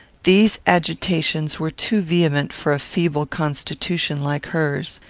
these agitations were too vehement for a feeble constitution like hers.